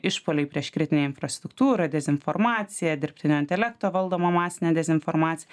išpuoliai prieš kritinę infrastruktūrą dezinformacija dirbtinio intelekto valdoma masinė dezinformacija